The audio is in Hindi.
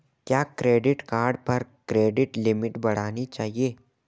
क्या क्रेडिट कार्ड पर क्रेडिट लिमिट बढ़ानी चाहिए?